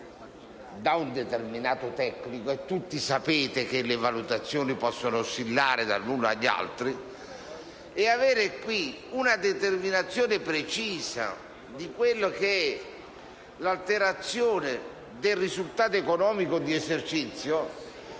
da un determinato tecnico (tutti sapete che le valutazioni possono oscillare dagli uni agli altri) e avere qui una determinazione precisa di quella che è l'alterazione del risultato economico di esercizio